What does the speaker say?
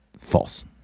false